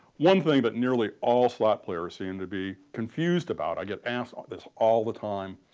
one thing that nearly all slot players seem to be confused about i get asked ah this all the time